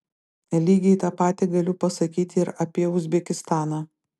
lygiai tą patį galiu pasakyti ir apie uzbekistaną